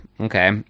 Okay